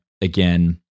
again